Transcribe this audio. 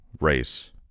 race